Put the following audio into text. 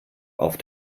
auf